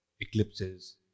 eclipses